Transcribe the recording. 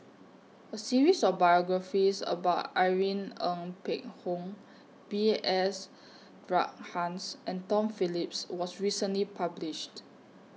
A series of biographies about Irene Ng Phek Hoong B S Rajhans and Tom Phillips was recently published